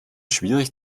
schwierig